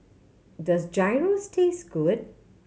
does Gyros taste good